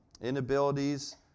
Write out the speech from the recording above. inabilities